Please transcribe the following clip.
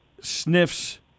sniffs